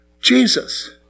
Jesus